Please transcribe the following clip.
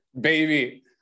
Baby